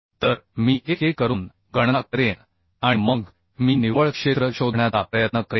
तर मी एक एक करून गणना करेन आणि मग मी निव्वळ क्षेत्र शोधण्याचा प्रयत्न करेन